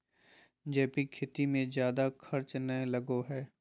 जैविक खेती मे जादे खर्च नय लगो हय